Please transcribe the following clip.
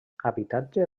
habitatge